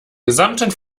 gesamten